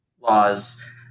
laws